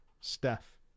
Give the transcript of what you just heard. Steph